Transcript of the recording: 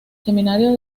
seminario